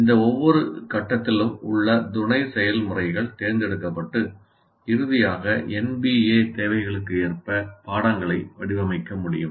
இந்த ஒவ்வொரு கட்டத்திலும் உள்ள துணை செயல்முறைகள் தேர்ந்தெடுக்கப்பட்டு இறுதியாக NBA தேவைகளுக்கேற்ப பாடங்களை வடிவமைக்க முடியும்